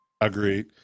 Agreed